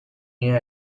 new